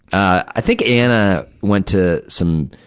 i think anna went to some,